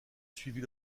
suivit